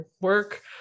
work